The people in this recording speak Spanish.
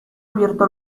abierto